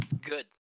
Good